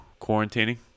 quarantining